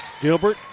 Gilbert